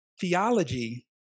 Theology